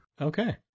Okay